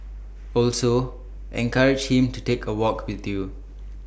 also encourage him to take A walk with you